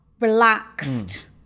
relaxed